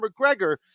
McGregor